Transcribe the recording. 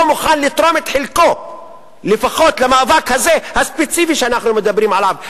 מוכן לתרום את חלקו למאבק הספציפי שאנחנו מדברים עליו,